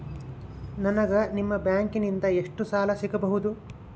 ನನಗ ನಿಮ್ಮ ಬ್ಯಾಂಕಿನಿಂದ ಎಷ್ಟು ಸಾಲ ಸಿಗಬಹುದು?